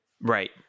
Right